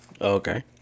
okay